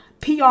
PR